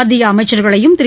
மத்திய அமைச்சர்களையும் திரு